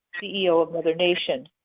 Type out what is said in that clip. ceo of mother nation.